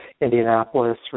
Indianapolis